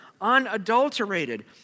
unadulterated